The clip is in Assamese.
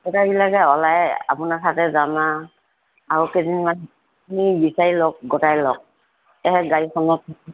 আটাইবিলাকে ওলাই আপোনাৰ ঠাইতে যাম আৰু আৰু কেইজনীমান বিচাৰি লগ গোটাই লওক তেহে গাড়ীখনত